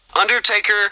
Undertaker